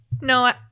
No